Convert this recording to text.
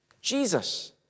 Jesus